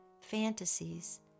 fantasies